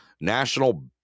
National